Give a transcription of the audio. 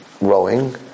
rowing